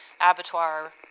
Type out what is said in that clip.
abattoir